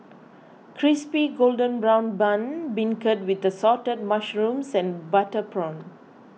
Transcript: Crispy Golden Brown Bun Beancurd with Assorted Mushrooms and Butter Prawn